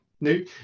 new